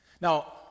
Now